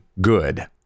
good